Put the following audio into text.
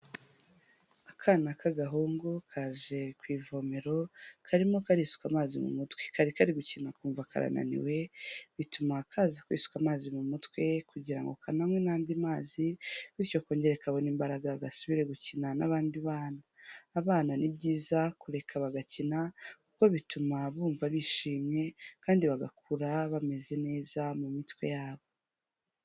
Akana k'agahungu kaje ku ivomero, karimo karisuka amazi mu mutwe, kari kari gukina kumva karananiwe, bituma kaza kwisuka amazi mu mutwe kugira ngo kananywe n'andi mazi bityo kongera kabona imbaraga gasubire gukina n'abandi bana, abana ni byiza kureka bagakina kuko bituma bumva bishimye kandi bagakura bameze neza mu mitwe yabo.